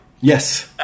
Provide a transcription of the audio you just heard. Yes